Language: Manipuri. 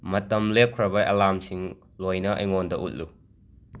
ꯃꯇꯝ ꯂꯦꯞꯈ꯭ꯔꯕ ꯑꯦꯂꯥꯝꯁꯤꯡ ꯂꯣꯏꯅ ꯑꯩꯉꯣꯟꯗ ꯎꯠꯂꯨ